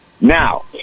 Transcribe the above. Now